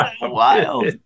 wild